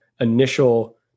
initial